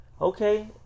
okay